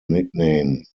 nickname